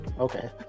Okay